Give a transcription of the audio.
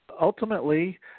Ultimately